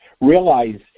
Realize